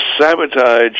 sabotage